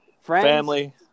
family